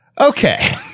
Okay